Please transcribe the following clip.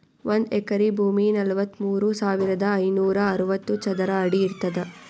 ಒಂದ್ ಎಕರಿ ಭೂಮಿ ನಲವತ್ಮೂರು ಸಾವಿರದ ಐನೂರ ಅರವತ್ತು ಚದರ ಅಡಿ ಇರ್ತದ